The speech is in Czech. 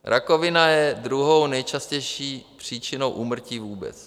Rakovina je druhou nejčastější příčinou úmrtí vůbec.